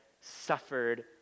suffered